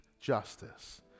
justice